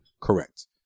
correct